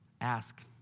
Ask